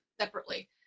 separately